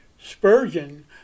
Spurgeon